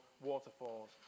waterfalls